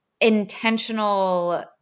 intentional